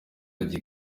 ajya